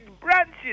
branches